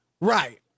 Right